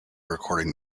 recording